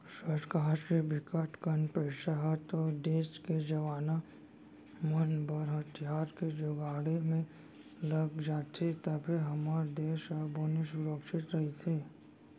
सरकार के बिकट कन पइसा ह तो देस के जवाना मन बर हथियार के जुगाड़े म लग जाथे तभे हमर देस ह बने सुरक्छित रहिथे